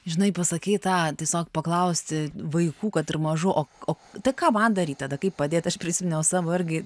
žinai pasakei tą tiesiog paklausti vaikų kad ir mažų o o tai ką man daryt tada kaip padėt aš prisiminiau savo irgi